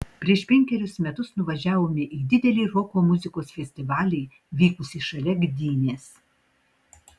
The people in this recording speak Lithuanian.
prieš penkerius metus nuvažiavome į didelį roko muzikos festivalį vykusį šalia gdynės